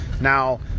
now